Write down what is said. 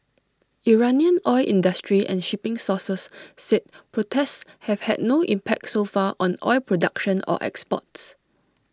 Iranian oil industry and shipping sources said protests have had no impact so far on oil production or exports